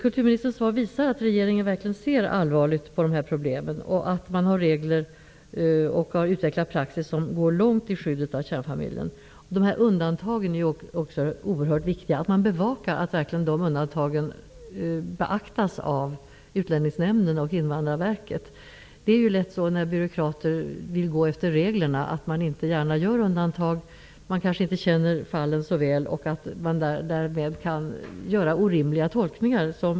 Kulturministerns svar visar att regeringen verkligen ser allvarligt på dessa problem. Det finns regler, och en praxis har utvecklats som går långt i skyddet av kärnfamiljen. Det är viktigt att man också bevakar att undantagen beaktas av Byråkrater som vill gå efter reglerna vill inte gärna göra undantag. De kanske inte känner till fallen så väl. Därmed kan de göra orimliga tolkningar.